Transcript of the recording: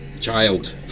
child